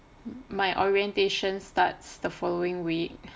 my orientation starts the following week